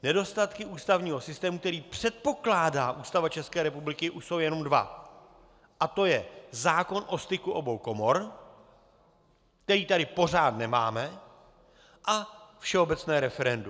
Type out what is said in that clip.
Nedostatky ústavního systému, který předpokládá Ústava České republiky, už jsou jenom dva, a to je zákon o styku obou komor, který tady pořád nemáme, a všeobecné referendum.